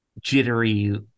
jittery